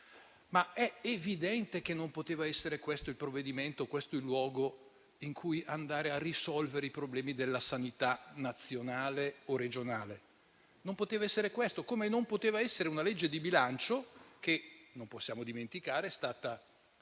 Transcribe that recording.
ma è evidente che non poteva essere questo il provvedimento e il luogo in cui andare a risolvere i problemi della sanità nazionale o regionale; non poteva essere questo il provvedimento, così come non poteva essere una legge di bilancio, che - non possiamo dimenticarlo - è stata